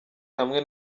hamwe